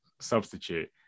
Substitute